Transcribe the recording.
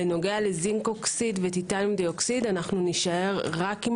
בנוגע לזינקוקסיד וטיטניום דיאוקסיד אנו נישאר רק עם